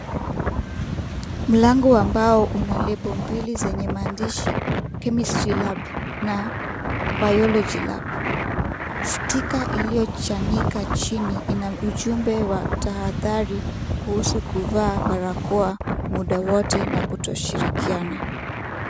Mlango wa mbao una lebo mbili zenye maandishi Chemistry lab na Biology lab . Sticker iliyochanika chini ina ujumbe wa tahadhari kuhusu kuvaa barakoa muda wote na kutoshirikiana.